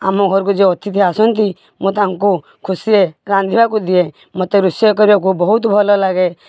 ଆମ ଘରକୁ ଯେଉଁ ଅତିଥି ଆସନ୍ତି ମୁଁ ତାଙ୍କୁ ଖୁସିରେ ରାନ୍ଧିବାକୁ ଦିଏ ମୋତେ ରୋଷେଇ କରିବାକୁ ବହୁତ ଭଲ ଲାଗେ